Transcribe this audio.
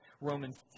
Romans